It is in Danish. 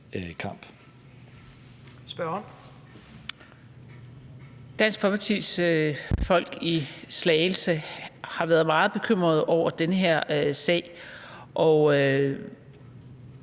Dansk Folkepartis folk i Slagelse har været meget bekymrede over den her sag;